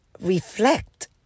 reflect